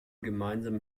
gemeinsam